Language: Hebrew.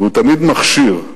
והוא תמיד מכשיר,